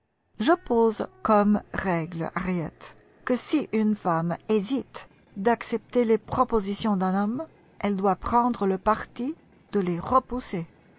je pose comme règle harriet que si une femme hésite d'accepter les propositions d'un homme elle doit prendre le parti de les repousser